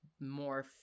more